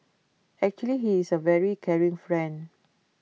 actually he is A very caring friend